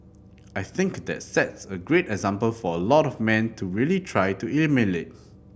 I think that sets a great example for a lot of man to really try to emulate